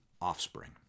offspring